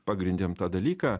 pagrindėm tą dalyką